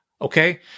okay